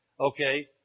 Okay